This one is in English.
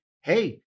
hey